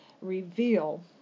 reveal